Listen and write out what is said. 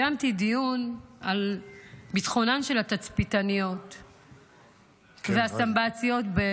על ביטחונן של התצפיתניות והסמב"ציות.